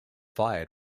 fired